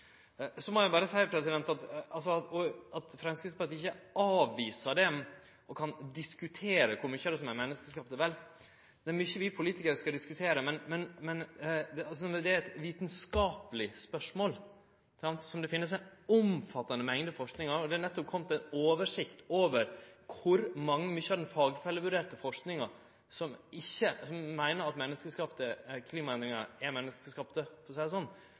Så må eg berre seie til det at Framstegspartiet ikkje er avvisande til CO2-problematikken og kan diskutere kor mykje som er menneskeskapt: Vel, det er mykje vi politikarar kan diskutere, men det er eit vitskapleg spørsmål som det finst omfattande forsking på. Det har nettopp kome ei oversikt over kor mykje av den fagfellevurderte forskinga som meiner at dei menneskeskapte klimaendringane ikkje er menneskeskapte, for å seie det sånn. Det er 0,2 pst. av forskinga. 99,8 pst – større sikkerheit finst det knapt på